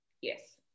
yes